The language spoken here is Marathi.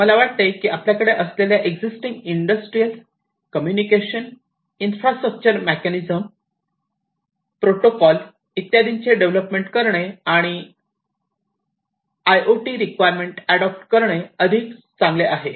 मला वाटते की आपल्याकडे असलेल्या existing industrial communication infrastructure mechanism protocol इत्यादींचे डेव्हलपमेंट करणे आणि आयओटी रिक्वायरमेंट ऍडॉप्ट करणे अधिक चांगले आहे